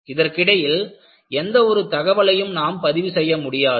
இதற்கிடையில் எந்த ஒரு தகவலையும் நாம் பதிவு செய்ய முடியாது